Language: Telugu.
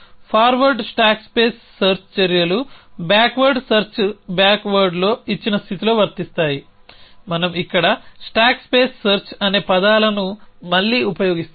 ఫార్వర్డ్ స్టాక్ స్పేస్ సెర్చ్ చర్యలు బ్యాక్వర్డ్స్ సెర్చ్ బ్యాక్ వార్డ్లో ఇచ్చిన స్థితిలో వర్తిస్తాయి మనం ఇక్కడ స్టాక్ స్పేస్ సెర్చ్ అనే పదాలను మళ్లీ ఉపయోగిస్తాము